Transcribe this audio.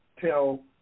tell